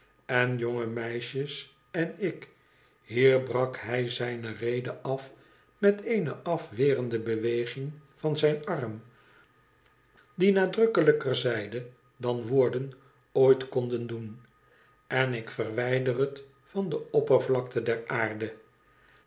en jonge meisjes en ik hier brak hij zijne rede af met eene afwerende beweging van zijn arm die nadrukkelijker zeide dan woorden ooit konden doen tn ik verwijder het van de oppervlakte der aarde